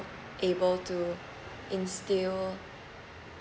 able to instil